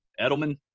Edelman